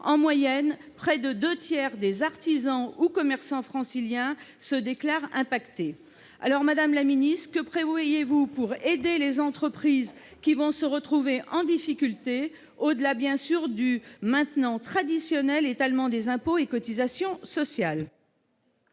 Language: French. En moyenne, près des deux tiers des artisans ou commerçants franciliens se déclarent impactés ! Madame la secrétaire d'État, que prévoyez-vous pour aider les entreprises qui vont se retrouver en difficulté, au-delà du désormais traditionnel étalement des impôts et cotisations sociales ?